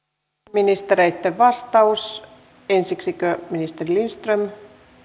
ministereitten vastaus ensiksikö ministeri lindström